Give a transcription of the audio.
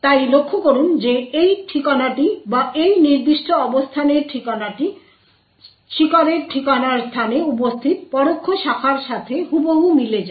তাই লক্ষ্য করুন যে এই ঠিকানাটি বা এই নির্দিষ্ট অবস্থানের ঠিকানাটি শিকারের ঠিকানার স্থানে উপস্থিত পরোক্ষ শাখার সাথে হুবহু মিলে যায়